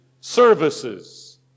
services